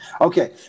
Okay